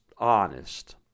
honest